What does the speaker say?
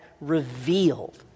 revealed